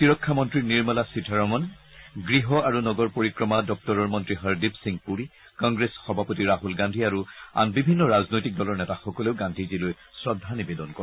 প্ৰতিৰক্ষা মন্ত্ৰী নিৰ্মলা সীতাৰমণ গৃহ আৰু নগৰ পৰিক্ৰমা দপ্তৰৰ মন্ত্ৰী হৰদীপ সিং পুৰি কংগ্লেছ সভাপতি ৰাহুল গান্ধী আৰু আন বিভিন্ন ৰাজনৈতিক দলৰ নেতা সকলেও গান্ধীজীলৈ শ্ৰদ্ধা নিবেদন কৰে